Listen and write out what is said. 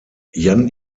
jan